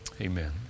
Amen